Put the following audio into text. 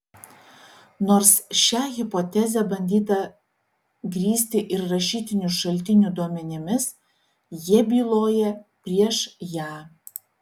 nors šią hipotezę bandyta grįsti ir rašytinių šaltinių duomenimis jie byloja prieš ją